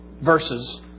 verses